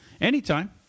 Anytime